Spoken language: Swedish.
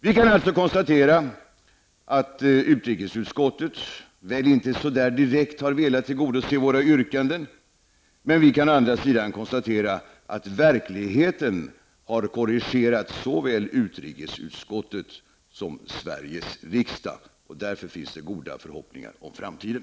Vi kan alltså konstatera att utrikesutskottet inte så där direkt har velat tillgodose våra yrkanden, men vi kan å andra sidan konstatera att verkligheten har korrigerat såväl utrikesutskottet som Sveriges riksdag. Därför finns det goda förhoppningar om framtiden.